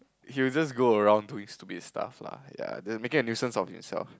he will just go around doing stupid stuff lah ya then making a nuisance of himself